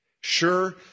Sure